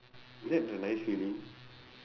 is that a nice feeling